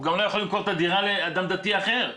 הוא גם לא יכול למכור את הדירה לאדם דתי אחר.